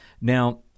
Now